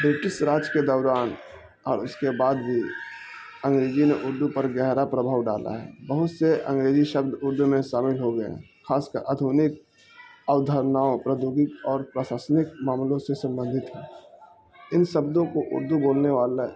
British Raj کے دوران اور اس کے بعد بھی انگریجی نے اردو پر گہرا پربھؤ ڈالا ہے بہت سے انگریزی شبد اردو میں شامل ہو گئے ہیں خاص کر آدھونک ادھرنااؤں پردوگک اور پراشاسنک معاملوں سے سبندت ہیں ان شبدوں کو اردو بولنے والا